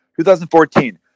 2014